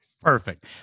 Perfect